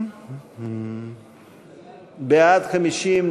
בעד 50,